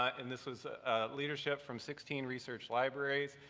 and this was leadership from sixteen research libraries,